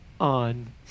on